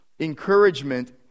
encouragement